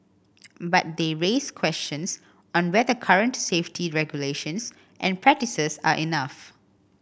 but they raise questions on whether current safety regulations and practices are enough